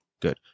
Good